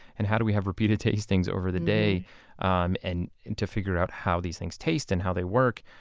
and how do we have repeated tastings over the day um and and to figure out how these things taste and how they work?